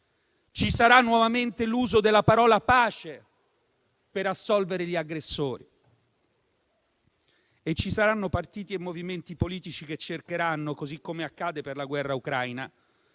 Ci sarà nuovamente l'uso della parola «pace» per assolvere gli aggressori e ci saranno partiti e movimenti politici che cercheranno, così come accade per la guerra ucraina,